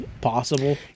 possible